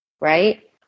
Right